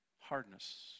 Hardness